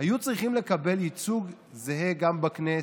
היו צריכים לקבל ייצוג זהה גם בכנסת.